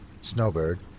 Snowbird